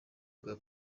bwa